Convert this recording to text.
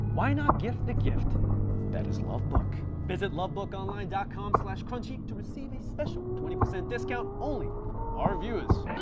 why not give the gift that is lovebook. visit lovebookonline dot com slash crunchy to receive a special twenty percent discount only for our viewers.